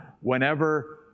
whenever